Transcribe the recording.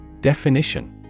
Definition